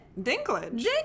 Dinklage